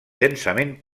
densament